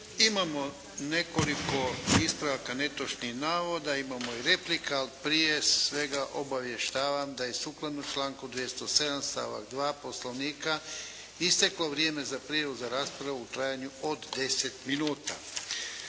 Imamo nekoliko ispravaka netočnih navoda, imamo i replika, ali prije svega obavještavam da je sukladno članku 207. stavak 2. Poslovnika isteklo vrijeme za prijavu za raspravu u trajanju od 10 minuta.